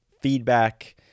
feedback